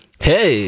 Hey